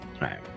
right